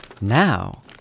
Now